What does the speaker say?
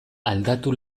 aldatu